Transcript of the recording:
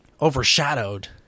overshadowed